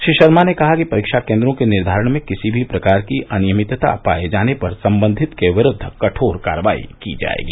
श्री शर्मा ने कहा कि परीक्षा केन्द्रों के निर्धारण में किसी भी प्रकार की अनियमितता पाये जाने पर संबंधित के विरूद्व कठोर कार्रवाई की जायेगी